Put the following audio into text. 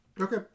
Okay